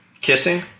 kissing